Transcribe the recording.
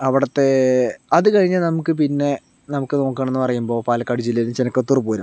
അവിടത്തെ അത് കഴിഞ്ഞ് നമുക്ക് പിന്നെ നമുക്ക് നോക്കുകയാണെന്ന് പറയുമ്പോൾ പാലക്കാട് ജില്ലയില് ചെനക്കത്തൂർ പൂരം